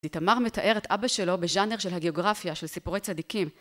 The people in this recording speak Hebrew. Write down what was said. איתמר מתאר את אבא שלו בז'אנר של הגיאוגרפיה של סיפורי צדיקים.